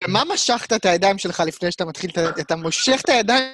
מה משכת את הידיים שלך לפני שאתה מתחיל, אתה מושך את הידיים?